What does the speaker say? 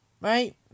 Right